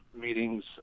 meetings